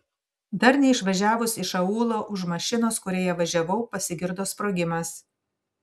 dar neišvažiavus iš aūlo už mašinos kurioje važiavau pasigirdo sprogimas